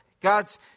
God's